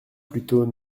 plutôt